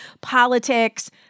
politics